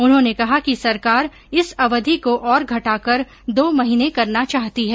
उन्होंने कहा कि सरकार इस अवधि को और घटाकर दो महीने करना चाहती है